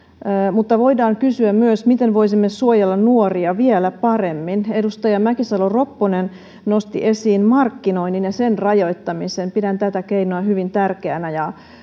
mutta voidaan kysyä myös miten voisimme suojella nuoria vielä paremmin edustaja mäkisalo ropponen nosti esiin markkinoinnin ja sen rajoittamisen pidän tätä keinoa hyvin tärkeänä ja